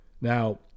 Now